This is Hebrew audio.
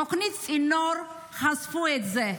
בתוכנית "הצינור" חשפו את זה.